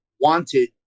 wanted